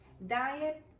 Diet